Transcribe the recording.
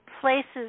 places